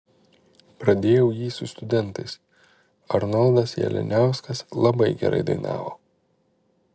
pradėjau jį su studentais arnoldas jalianiauskas labai gerai dainavo